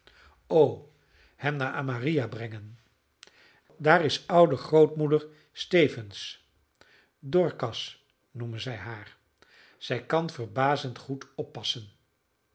o hem naar amariah brengen daar is oude grootmoeder stephens dorcas noemen zij haar zij kan verbazend goed oppassen